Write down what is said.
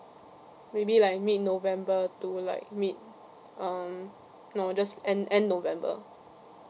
maybe like mid november to like mid um no just end end november